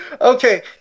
Okay